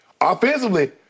offensively